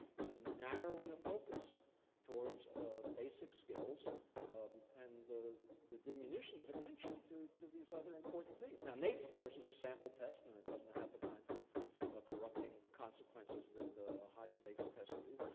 is a narrowing of focus towards basic skills um and the the diminution of attention to to these other important things. now, naep, of course, is a sample test. and it doesn't have the kinds of ah corrupting consequences that high stakes tests do.